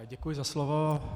Děkuji za slovo.